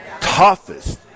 toughest